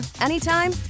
anytime